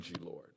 Lord